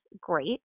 great